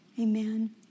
Amen